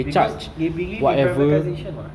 because they believing privatisation what